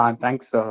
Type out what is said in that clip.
Thanks